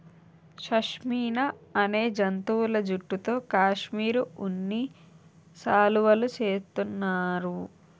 షష్మినా అనే జంతువుల జుట్టుతో కాశ్మిరీ ఉన్ని శాలువులు చేస్తున్నారు